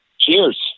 cheers